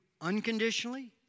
unconditionally